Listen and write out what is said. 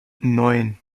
neun